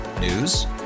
news